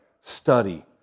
study